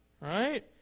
Right